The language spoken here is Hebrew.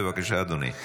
בבקשה, אדוני.